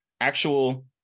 actual